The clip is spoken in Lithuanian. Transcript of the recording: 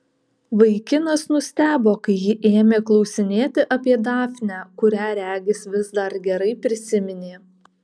vaikinas nustebo kai ji ėmė klausinėti apie dafnę kurią regis vis dar gerai prisiminė